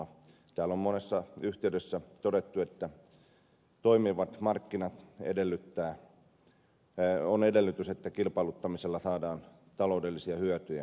täällä on monessa yhteydessä todettu että toimivat markkinat ovat edellytys että kilpailuttamisella saadaan taloudellisia hyötyjä